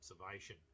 observation